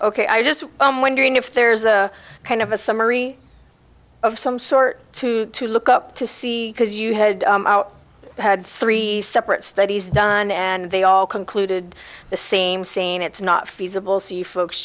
ok i just i'm wondering if there's a kind of a summary of some sort to to look at to see because you had had three separate studies done and they all concluded the same scene it's not feasible so you folks